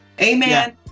Amen